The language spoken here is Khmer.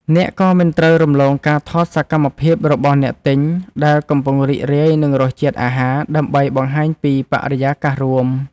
អ្នកក៏មិនត្រូវរំលងការថតសកម្មភាពរបស់អ្នកទិញ ដែលកំពុងរីករាយនឹងរសជាតិអាហារ ដើម្បីបង្ហាញពីបរិយាកាសរួម។